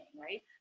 right